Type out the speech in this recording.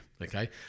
okay